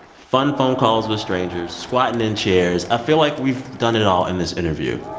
fun phone calls with strangers, squatting in chairs. i feel like we've done it it all in this interview